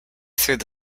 through